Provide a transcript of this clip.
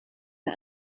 the